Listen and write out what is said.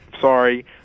sorry